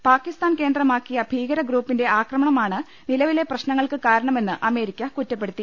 പ പാക്കിസ്ഥാൻ കേന്ദ്രമാക്കിയ ഭീകരഗ്രൂപ്പിന്റെ ആക്രമണമാണ് നിലവിലെ പ്രശ്നങ്ങൾക്ക് കാരണമെന്ന് അമേരിക്ക കുറ്റപ്പെടു ത്തി